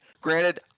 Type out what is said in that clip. Granted